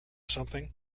something